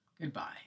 Goodbye